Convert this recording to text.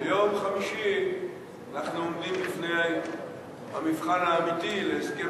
ביום חמישי אנחנו עומדים בפני המבחן האמיתי להסכם,